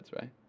right